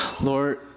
Lord